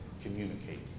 communicate